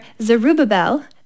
Zerubbabel